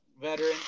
veteran